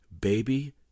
Baby